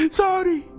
sorry